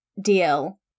deal